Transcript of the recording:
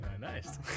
Nice